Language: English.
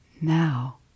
now